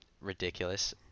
ridiculous